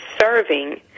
serving